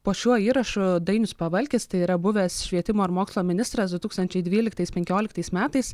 po šiuo įrašu dainius pavalkis tai yra buvęs švietimo ir mokslo ministras du tūkstančiai dvyliktais penkioliktais metais